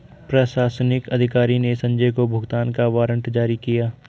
प्रशासनिक अधिकारी ने संजय को भुगतान का वारंट जारी किया